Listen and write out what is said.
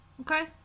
Okay